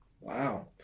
Wow